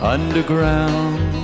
Underground